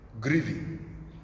grieving